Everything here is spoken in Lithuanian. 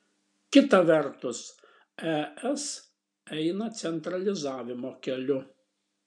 kita vertus es eina centralizavimo keliu